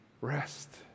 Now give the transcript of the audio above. rest